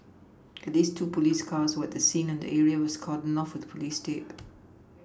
at least two police cars were the scene and the area was cordoned off with police tape